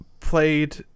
played